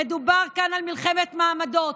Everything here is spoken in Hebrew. מדובר כאן על מלחמת מעמדות,